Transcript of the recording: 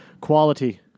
Quality